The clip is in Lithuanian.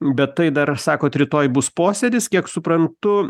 bet tai dar sakot rytoj bus posėdis kiek suprantu